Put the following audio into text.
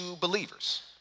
believers